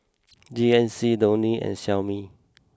G N C Downy and Xiaomi